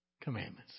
commandments